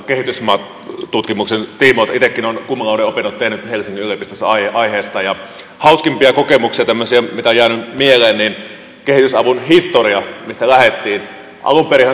itsekin olen cum laude opinnot tehnyt helsingin yliopistossa aiheesta ja hauskimpia kokemuksia tämmöisiä mitä on jäänyt mieleen on kehitysavun historia mistä lähdettiin